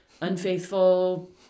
unfaithful